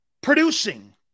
producing